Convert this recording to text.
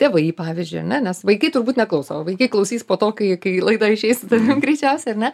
tėvai pavyzdžiui ane nes vaikai turbūt neklauso o vaikai klausys po to kai kai laida išeis tai greičiausia ar ne